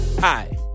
Hi